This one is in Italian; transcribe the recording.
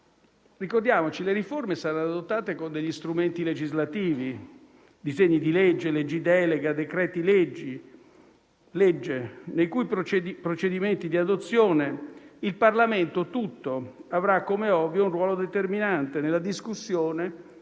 Ricordiamoci che le riforme saranno adottate con strumenti legislativi, disegni di legge, leggi delega, decreti-legge, nei cui procedimenti di adozione il Parlamento tutto avrà, come è ovvio, un ruolo determinante nella discussione